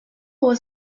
was